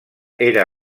era